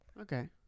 Okay